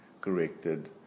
corrected